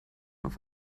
auf